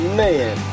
man